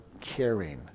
caring